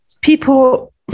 people